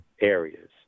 areas